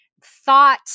thought